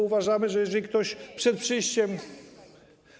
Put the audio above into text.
Bo uważamy, że jeżeli ktoś przed przyjściem.